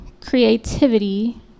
creativity